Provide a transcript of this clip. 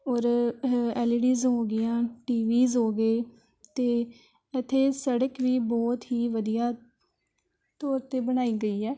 ਔਰ LEDs ਹੋ ਗਈਆਂ ਟੀ ਵੀ ਜ਼ ਹੋ ਗਏ ਅਤੇੇ ਇੱਥੇ ਸੜਕ ਵੀ ਬਹੁਤ ਹੀ ਵਧੀਆ ਤੌਰ 'ਤੇ ਬਣਾਈ ਗਈ ਹੈ